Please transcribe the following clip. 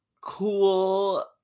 cool